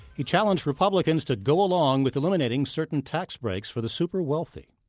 he challenged republicans to go along with eliminating certain tax breaks for the super-wealthy.